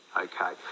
Okay